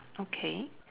okay